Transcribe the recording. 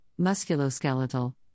musculoskeletal